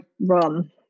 run